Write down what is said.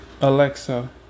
Alexa